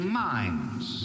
minds